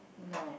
no